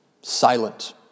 silent